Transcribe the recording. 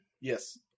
Yes